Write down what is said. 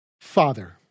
Father